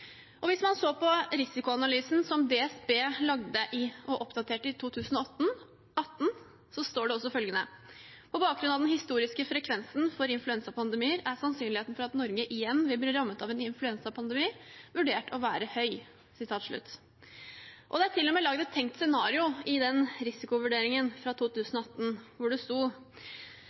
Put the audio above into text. Hvis man ser på risikoanalysen som DSB lagde og oppdaterte i 2018, står det følgende: «På bakgrunn av den historiske frekvensen for influensapandemier er sannsynligheten for at Norge igjen vil bli rammet av en influensapandemi vurdert til å være høy .» I risikovurderingen fra 2018 er det til og med lagd et tenkt scenario,